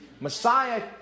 Messiah